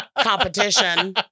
competition